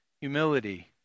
humility